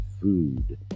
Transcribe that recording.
food